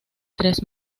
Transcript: tres